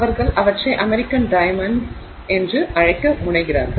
அவர்கள் அவற்றை American diamonds என்று அழைக்க முனைகிறார்கள்